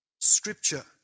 Scripture